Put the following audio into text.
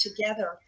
together